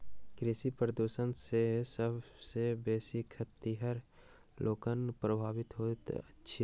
कृषि प्रदूषण सॅ सभ सॅ बेसी खेतिहर लोकनि प्रभावित होइत छथि